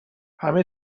همه